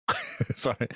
Sorry